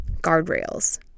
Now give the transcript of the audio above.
guardrails